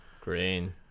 green